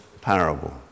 parable